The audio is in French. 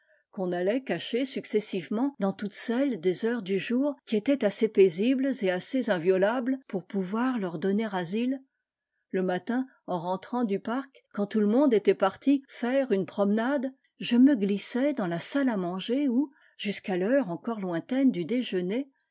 qu'on allait cacher successivement dans toutes celles des heures du jour qui étaient assez paisibles et assez inviolables pour pouvoir leur donner asile le matin en rentrant du parc quand tout le monde était parti faire une promenade je me glissais dans la salle à manger où jusqu'à l'heure encore lointaine du déjeuner